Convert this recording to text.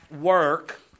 work